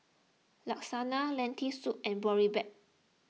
Lasagna Lentil Soup and Boribap